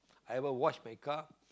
I ever wash my car